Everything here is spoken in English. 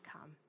come